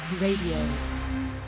Radio